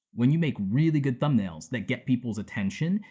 when you make really good thumbnails that get people's attention,